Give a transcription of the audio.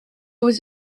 was